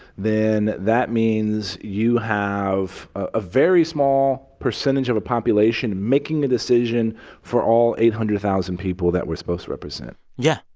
then that means you have a very small percentage of a population making a decision for all eight hundred thousand people that we're supposed to represent yeah.